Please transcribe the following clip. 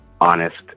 honest